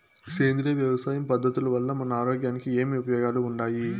సేంద్రియ వ్యవసాయం పద్ధతుల వల్ల మన ఆరోగ్యానికి ఏమి ఉపయోగాలు వుండాయి?